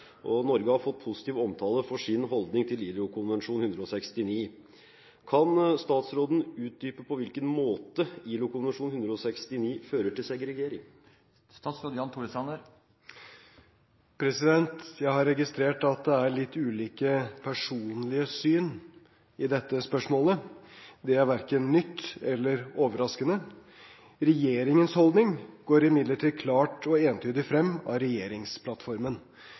og den trådte i kraft 5. september 1991. Den har sammen med Grunnloven § 110 a vært premissgivende for norsk samepolitikk. Norge har fått positiv omtale for sin holdning til ILO-konvensjon nr. 169. Kan statsråden utdype på hvilken måte ILO-konvensjon nr. 169 fører til segregering?» Jeg har registrert at det er litt ulike personlige syn i dette spørsmålet. Det er hverken nytt eller overraskende. Regjeringens holdning går imidlertid